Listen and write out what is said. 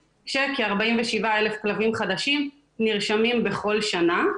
שכ-47,000 כלבים חדשים נרשמים בכל שנה.